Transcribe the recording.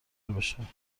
بشم